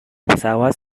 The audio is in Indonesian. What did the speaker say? pesawat